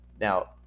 Now